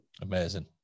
Amazing